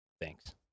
thanks